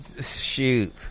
shoot